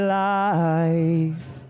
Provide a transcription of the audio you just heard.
life